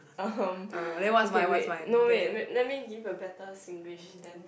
uh okay wait no wait let let me give a better Singlish then